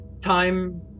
time